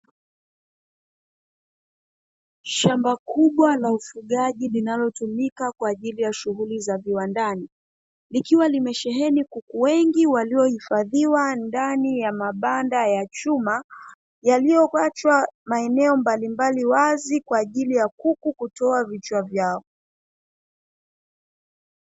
Shamba kubwa la ufugaji linalotumika kwa ajili ya shughuli za viwandani, likiwa limesheheni kuku wengi waliohifadhiwa ndani ya mabanda ya chuma, yaliyoachwa maeneo mbalimbali wazi kwa ajili ya kuku kutoa vichwa vyao.